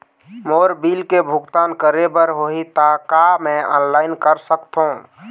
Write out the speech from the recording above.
मोर bill के भुगतान करे बर होही ता का मैं ऑनलाइन कर सकथों?